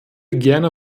gerne